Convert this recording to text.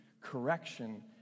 correction